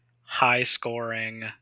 high-scoring